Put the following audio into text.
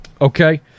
Okay